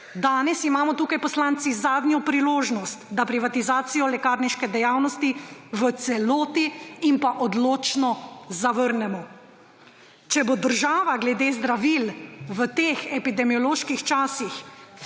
Danes imamo tukaj poslanci zadnjo priložnost, da privatizacijo lekarniške dejavnosti v celoti in odločno zavrnemo. Če bo država glede zdravil v teh epidemioloških časih